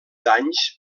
danys